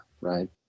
right